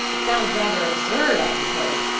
it sounds rather absurd, i suppose.